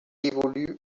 évolue